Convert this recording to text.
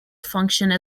functioned